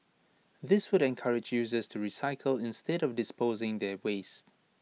this would encourage users to recycle instead of disposing their waste